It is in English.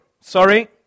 Sorry